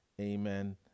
Amen